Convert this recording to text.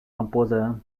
composer